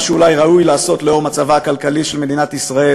שאולי ראוי לעשות לאור מצבה הכלכלי של מדינת ישראל,